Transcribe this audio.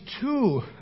two